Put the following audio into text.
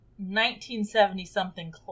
1970-something